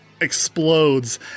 explodes